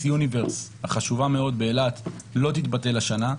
יוניברס החשובה מאוד באילת לא תתבטל השנה.